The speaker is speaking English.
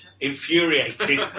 infuriated